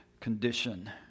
condition